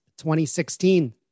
2016